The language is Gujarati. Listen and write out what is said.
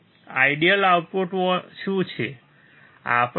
આઈડિઅલ આઉટપુટ શું છે